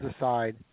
aside